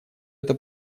это